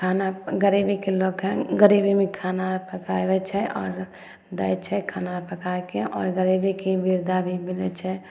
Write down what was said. खाना गरीबीके लऽके गरीबीमे खाना पकाबै छै आओर दै छै खाना पकाके आओर गरीबीके वृद्धा भी मिलै छै